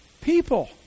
People